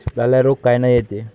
लाल्या रोग कायनं येते?